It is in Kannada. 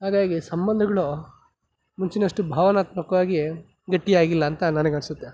ಹಾಗಾಗಿ ಸಂಬಂಧಗಳು ಮುಂಚಿನಷ್ಟು ಭಾವನಾತ್ಮಕವಾಗಿ ಗಟ್ಟಿಯಾಗಿಲ್ಲ ಅಂತ ನನಗನಿಸುತ್ತೆ